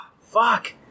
fuck